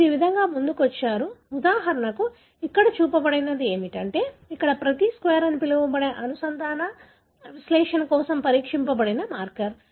మీరు ఈ విధంగా ముందుకు వచ్చారు ఉదాహరణకు ఇక్కడ చూపబడినది ఏమిటంటే ఇక్కడ ప్రతి స్వేర్ అని పిలవబడే అనుసంధాన విశ్లేషణ కోసం పరీక్షించబడిన మార్కర్